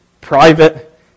private